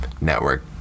network